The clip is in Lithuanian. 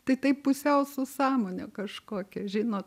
tai taip pusiau su sąmone kažkokia žinot